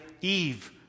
Eve